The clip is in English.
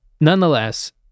Nonetheless